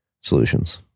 solutions